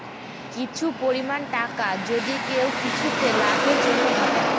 কিছু পরিমাণ টাকা যদি কেউ কিছুতে লাভের জন্য ঘটায়